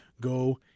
go